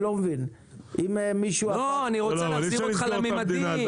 לא, אני רוצה להחזיר אותך לממדים.